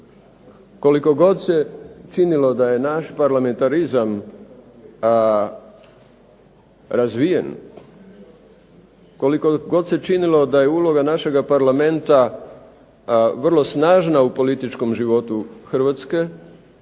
Koliko god se činilo da je naš parlamentarizam razvijen, koliko god se činilo da je uloga našega Parlamenta vrlo snažna u političkom životu Hrvatske